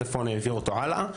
צפון ממ"ז צפון העבירו אותו הלאה,